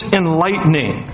enlightening